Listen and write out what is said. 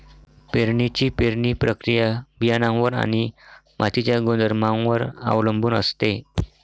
पेरणीची पेरणी प्रक्रिया बियाणांवर आणि मातीच्या गुणधर्मांवर अवलंबून असते